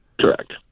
Correct